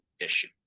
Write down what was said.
issue